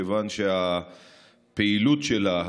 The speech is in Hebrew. כיוון שהפעילות שלה,